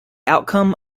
outcome